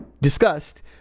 discussed